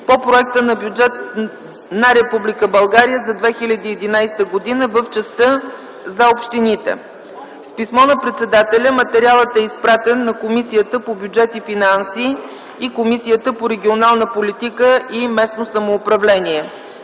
по проекта на Бюджет на Република България за 2011 г. в частта за общините. С писмо на председателя материалът е изпратен на Комисията по бюджет и финанси и Комисията по регионална политика и местно самоуправление.